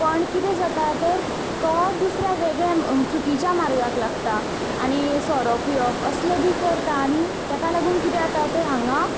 पण कितें जाता तर तो दुसऱ्या वेगळ्या चुकीच्या मार्गाक लागता आनी सोरो पिवप असलें बी करता आनी तेका लागून कितें जाता तर हांगा